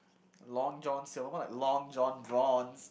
Long-John-Silver's more like Long John